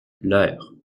leur